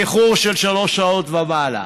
באיחור של שלוש שעות ומעלה,